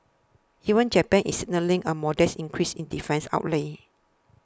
even Japan is signalling a modest increase in defence outlays